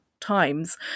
times